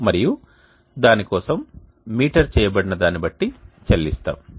మరియు దాని కోసం మీటర్ చేయబడిన దాన్ని బట్టి చెల్లిస్తాము